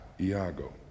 Iago